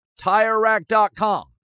TireRack.com